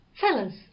Fellas